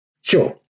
Sure